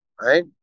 right